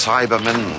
Cybermen